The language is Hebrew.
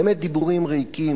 באמת דיבורים ריקים,